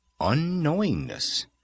unknowingness